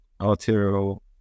arterial